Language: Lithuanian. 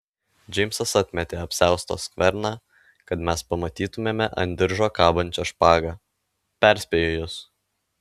džeimsas atmetė apsiausto skverną kad mes pamatytumėme ant diržo kabančią špagą perspėju jus